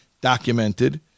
documented